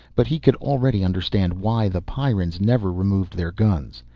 but he could already understand why the pyrrans never removed their guns.